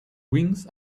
wings